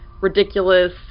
ridiculous